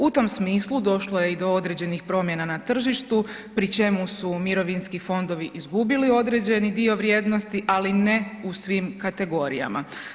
U tom smislu došlo je i do određenih promjena na tržištu pri čemu su mirovinski fondovi izgubili određeni dio vrijednosti, ali ne u svim kategorijama.